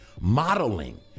modeling